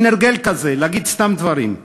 מין הרגל כזה להגיד סתם דברים.